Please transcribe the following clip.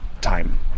time